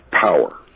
power